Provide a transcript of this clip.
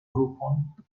grupon